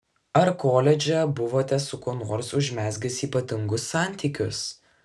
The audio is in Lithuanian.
ar koledže buvote su kuo nors užmezgęs ypatingus santykius